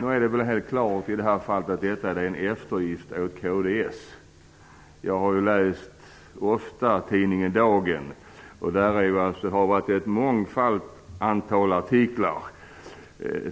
Nu är det väl klart att man i det här fallet har gjort en eftergift åt kds. Jag har ofta läst tidningen Dagen. Där har det stått många artiklar